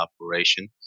operation